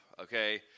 okay